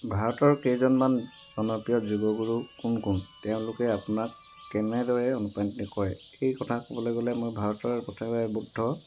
ভাৰতৰ কেইজনমান জনপ্ৰিয় যোগ গুৰু কোন কোন তেওঁলোকে কেনেদৰে আপোনাক অনুপ্ৰাণিত কৰে এই কথা ক'বলৈ গ'লে মই ভাৰতৰ প্ৰত্যেকৰে বুদ্ধ